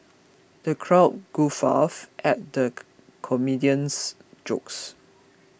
the crowd guffawed at the comedian's jokes